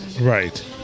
Right